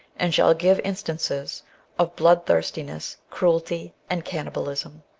and shall give instances of bloodthirstiness, cruelty, and cannibalism.